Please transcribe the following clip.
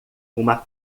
uma